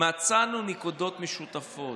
מצאנו נקודות משותפות.